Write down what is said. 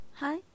Hi